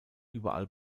überall